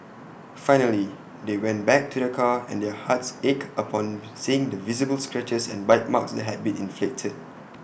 finally they went back to their car and their hearts ached upon seeing the visible scratches and bite marks that had been inflicted